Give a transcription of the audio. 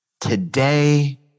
today